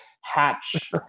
Hatch